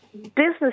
business